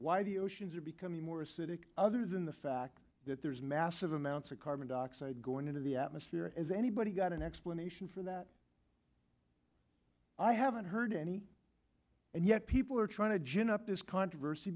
the oceans are becoming more acidic other than the fact that there's massive amounts of carbon dioxide going into the atmosphere is anybody got an explanation for that i haven't heard any and yet people are trying to gin up this controversy